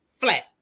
flat